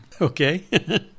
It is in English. Okay